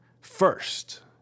first